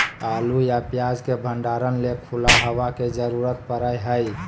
आलू या प्याज के भंडारण ले खुला हवा के जरूरत पड़य हय